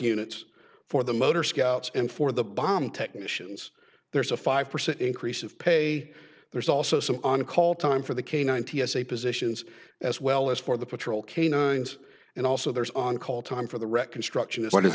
units for the motor scouts and for the bomb technicians there's a five percent increase of pay there's also some on call time for the canine t s a positions as well as for the patrol canines and also there's on call time for the reckon struction is what is